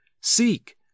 Seek